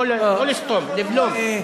לא לסתום, לבלום.